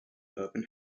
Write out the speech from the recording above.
urban